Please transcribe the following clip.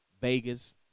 Vegas